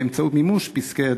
באמצעות מימוש פסקי-הדין.